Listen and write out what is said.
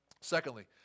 Secondly